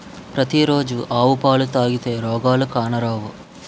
పతి రోజు ఆవు పాలు తాగితే రోగాలు కానరావు